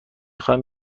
خواهم